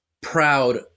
proud